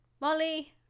Molly